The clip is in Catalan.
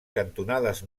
cantonades